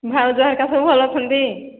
ଭାଉଜହାରକା ସବୁ ଭଲ ଅଛନ୍ତି